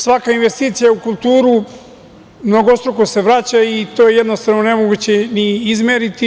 Svaka investicija u kulturu mnogostruko se vraća i to je, jednostavno, nemoguće izmeriti.